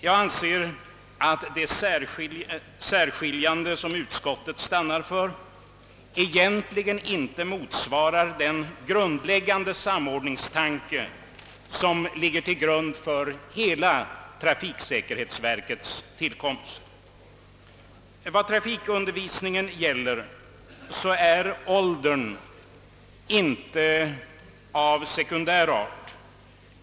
Jag anser att det särskiljande som utskottet stannat för inte motsvarar den grundläggande sam ordningstanke som ligger till grund för hela trafiksäkerhetsverkets tillkomst. Vad trafikundervisningen beträffar, så är åldern inte av sekundär betydelse.